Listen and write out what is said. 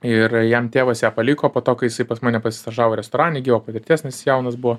ir jam tėvas ją paliko po to kai jisai pas mane pasistažavo restorane įgijo patirties nes jis jaunas buvo